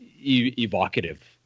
evocative